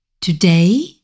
Today